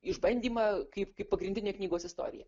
išbandymą kaip kaip pagrindinė knygos istorija